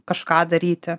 kažką daryti